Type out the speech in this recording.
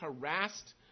harassed